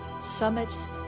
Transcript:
summits